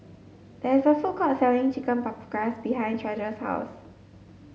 there is a food court selling Chicken Paprikas behind Treasure's house